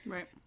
Right